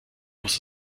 muss